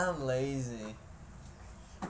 I'm lazy